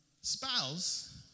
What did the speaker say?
spouse